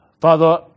Father